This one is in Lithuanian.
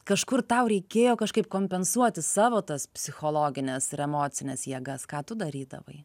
kažkur tau reikėjo kažkaip kompensuoti savo tas psichologines ir emocines jėgas ką tu darydavai